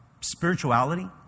spirituality